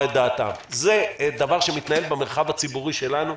את דעתם זה דבר שמתנהל במרחב הציבורי שלנו,